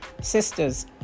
Sisters